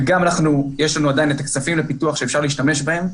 ויש לנו עדיין את הכספים לפיתוח שאפשר להשתמש בהם,